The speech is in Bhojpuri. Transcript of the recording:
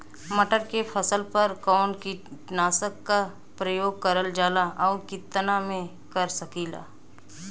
मटर के फसल पर कवन कीटनाशक क प्रयोग करल जाला और कितना में कर सकीला?